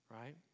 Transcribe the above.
right